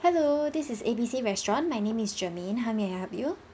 hello this is ABC restaurant my name is germaine how may I help you